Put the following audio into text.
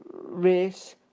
race